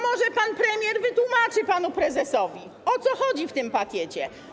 Może pan premier wytłumaczy panu prezesowi, o co chodzi w tym pakiecie.